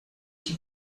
que